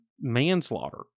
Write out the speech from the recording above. manslaughter